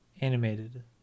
Animated